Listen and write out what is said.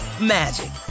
magic